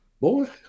boy